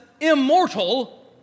immortal